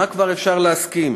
מה כבר אפשר להסכים?